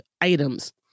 items